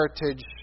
heritage